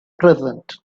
present